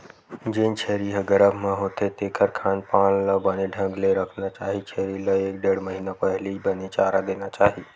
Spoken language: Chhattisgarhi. जेन छेरी ह गरभ म होथे तेखर खान पान ल बने ढंग ले रखना चाही छेरी ल एक ढ़ेड़ महिना पहिली बने चारा देना चाही